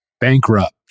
bankrupt